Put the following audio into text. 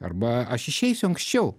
arba aš išeisiu anksčiau